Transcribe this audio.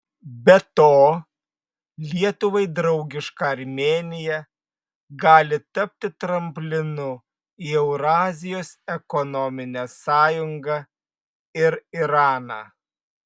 be to lietuvai draugiška armėnija gali tapti tramplinu į eurazijos ekonominę sąjungą ir iraną